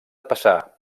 passar